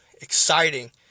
exciting